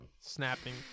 snapping